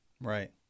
Right